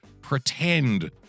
pretend